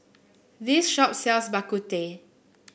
this shop sells Bak Kut Teh